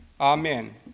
Amen